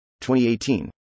2018